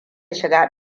shiga